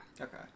Okay